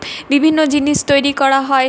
বিভিন্ন জিনিস তৈরি করা হয়